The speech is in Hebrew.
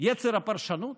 יצר הפרשנות.